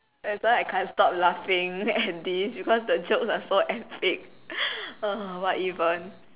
that's why I can't stop laughing at this because the jokes are so epic what even